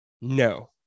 no